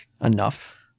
enough